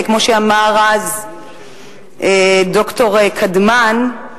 כמו שאמר אז ד"ר קדמן,